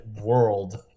world